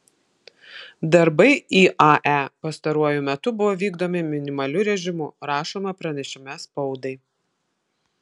darbai iae pastaruoju metu buvo vykdomi minimaliu režimu rašoma pranešime spaudai